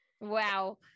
Wow